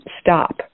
stop